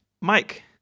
mike